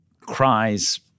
cries